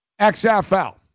xfl